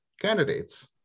candidates